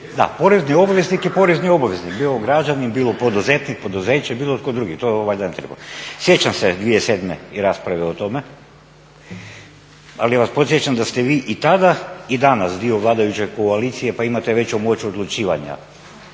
Da porezni obveznik je porezni obveznik, bilo građanin, bilo poduzetnik, pouzeće, bilo tko drugi to valjda ne treba. Sjećam se 2007. i rasprave o tome, ali vas podsjećam da ste vi i tada i danas dio vladajuće koalicije pa imate veću moć odlučivanja.